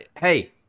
hey